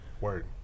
Word